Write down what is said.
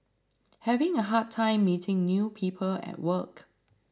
having a hard time meeting new people at work